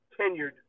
tenured